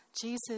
Jesus